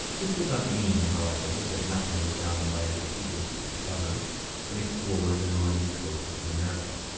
this does not mean, however, that nothing was done by other peoples to discover and explore the northern coasts of america.